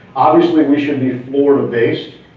obviously we should be florida based,